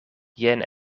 jen